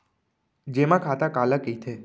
जेमा खाता काला कहिथे?